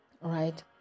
Right